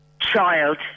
child